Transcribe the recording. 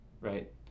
right